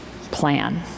plan